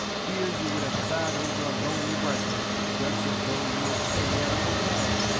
here you would have bat over a lonely breakfast just as though you were staying at a hotel.